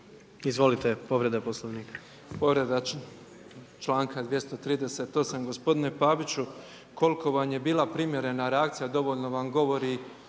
Izvolite, povreda Poslovnika.